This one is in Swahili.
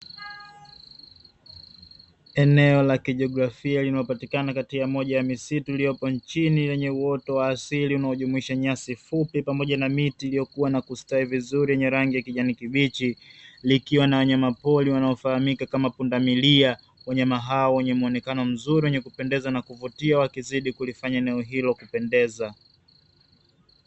Eneo la kijiografia linalopatikana katika moja ya misitu iliyopo nchini yenye uoto wa asili unaojumuisha nyasi fupi pamoja na miti iliyokuwa na kustawi vizuri yenye rangi ya kijani kibichi, likiwa na wanyamapori wanaofahamika kama pundamilia, wanyama hawa wenye muonekano mzuri wenye kupendeza na kuvutia wakizidi kulifanya eneo hilo kupendeza.